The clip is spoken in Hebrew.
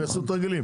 הם יעשו תרגילים.